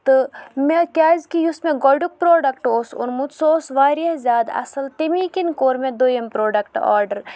تہٕ مےٚ کیٛازِکہِ یُس مےٚ گۄڈنیُک پرٛوڈکٹ اوس اوٚنمُت سُہ اوس واریاہ زیادٕ اَصٕل تمی کِنۍ کوٚر مےٚ دۄیم پرٛوڈکٹ آرڈر